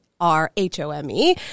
R-H-O-M-E